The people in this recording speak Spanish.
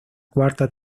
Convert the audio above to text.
cuarta